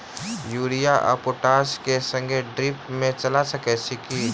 Urea आ potash केँ एक संगे ड्रिप मे चला सकैत छी की?